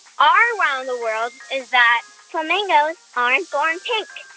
our wow in the world is that. flamingos aren't born pink.